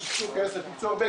אל תמהר.